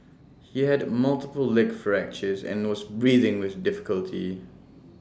he had multiple leg fractures and also breathing with difficulty